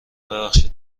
ببخشید